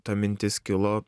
ta mintis kilo